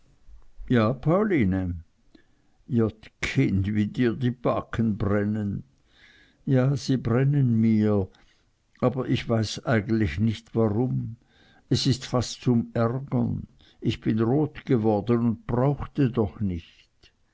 ja pauline jott kind wie dir die backen brennen ja sie brennen mir aber ich weiß eigentlich nicht warum es ist fast zum ärgern ich bin rot geworden und brauchte doch nicht